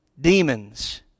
demons